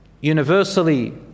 universally